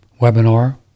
webinar